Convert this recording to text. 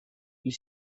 you